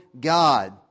God